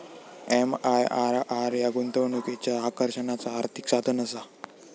MIRR ह्या गुंतवणुकीच्या आकर्षणाचा आर्थिक साधनआसा